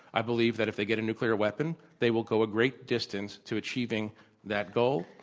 i believe that if they get a nuclear weapon, they will go a great distance to achieving that goal.